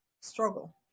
struggle